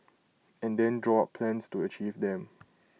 and then draw up plans to achieve them